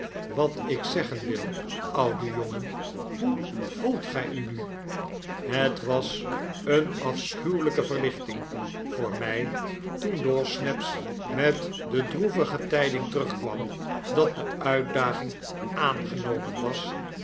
wat ik zeggen wil oude jongen hoe gevoelt gij u nu het was eene afschuwelijke verlichting voor mij toen dawsnaps met de droevigetijding terugkwam dat de uitdaging aangenomen waa